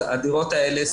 אז הדירות האלה,